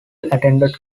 attended